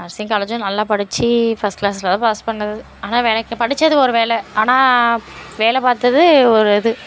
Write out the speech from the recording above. nursing காலேஜும் நல்லா படித்து ஃபர்ஸ்ட் க்ளாஸில் தான் பாஸ் பண்ணது ஆனால் வேலைக்கு படித்தது ஒரு வேலை ஆனால் வேலை பார்த்தது ஒரு இது